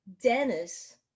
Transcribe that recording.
Dennis